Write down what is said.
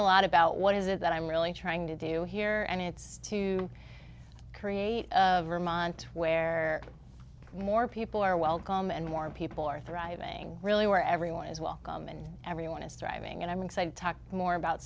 a lot about what is it that i'm really trying to do here and it's to create of vermont where more people are welcome and more people are thriving really where everyone is welcome and everyone is thriving and i'm excited to talk more about